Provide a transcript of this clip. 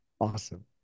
Awesome